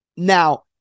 Now